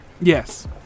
Yes